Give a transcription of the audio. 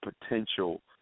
potential